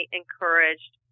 encouraged